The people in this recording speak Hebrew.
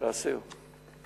להסיר.